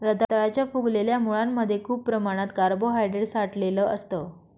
रताळ्याच्या फुगलेल्या मुळांमध्ये खूप प्रमाणात कार्बोहायड्रेट साठलेलं असतं